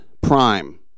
Prime